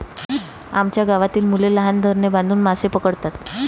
आमच्या गावातील मुले लहान धरणे बांधून मासे पकडतात